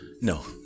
No